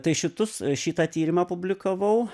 tai šitus šitą tyrimą publikavau